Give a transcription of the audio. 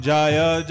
Jaya